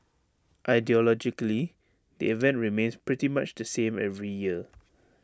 ideologically the event remains pretty much the same every year